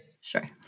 sure